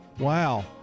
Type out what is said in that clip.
Wow